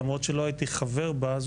למרות שלא הייתי חבר בה,